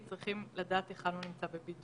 היא מבוצעת גם על ידי התקשרות